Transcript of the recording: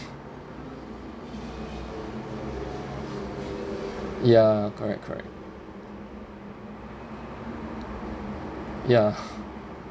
ya correct correct ya